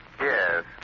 Yes